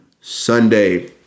Sunday